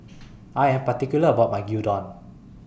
I Am particular about My Gyudon